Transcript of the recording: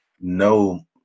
no